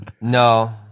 No